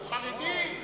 הוא חרדי?